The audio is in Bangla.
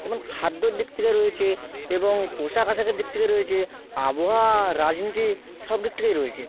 যেমন খাদ্যর দিক থেকে রয়েছে এবং পোশাক আশাকের দিক থেকে রয়েছে আবহাওয়া রাজনীতি সব দিক থেকেই রয়েছে